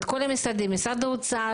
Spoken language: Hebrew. את כל המשרדים משרד האוצר,